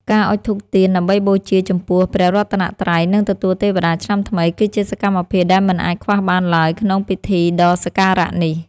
ការអុជធូបទៀនដើម្បីបូជាចំពោះព្រះរតនត្រ័យ និងទទួលទេវតាឆ្នាំថ្មី គឺជាសកម្មភាពដែលមិនអាចខ្វះបានឡើយក្នុងពិធីដ៏សក្ការៈនេះ។